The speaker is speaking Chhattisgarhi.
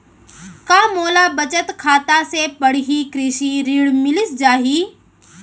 का मोला बचत खाता से पड़ही कृषि ऋण मिलिस जाही?